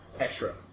Extra